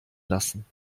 lassen